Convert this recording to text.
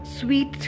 sweet